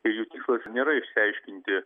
jų tikslas nėra išsiaiškinti